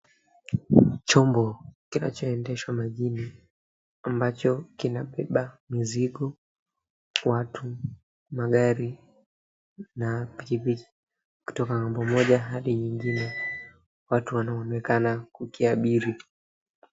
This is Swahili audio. Chombo, kinachoendeshwa majini, ambacho kinabeba mzigo, watu, magari na pikipiki kutoka ng'ambo moja hadi nyingine. Watu wanaonekana kukiabiri.